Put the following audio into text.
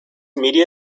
media